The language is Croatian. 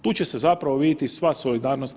Tu će se zapravo vidjeti sva solidarnost EU.